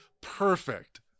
perfect